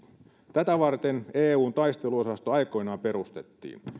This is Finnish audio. tätä varten eun taisteluosasto aikoinaan perustettiin